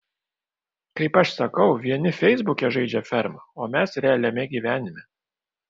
kaip aš sakau vieni feisbuke žaidžia fermą o mes realiame gyvenime